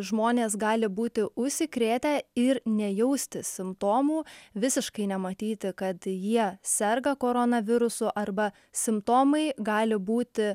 žmonės gali būti užsikrėtę ir nejausti simptomų visiškai nematyti kad jie serga koronavirusu arba simptomai gali būti